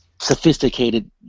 sophisticated